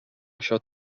això